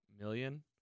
million